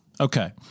Okay